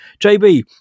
JB